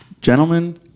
gentlemen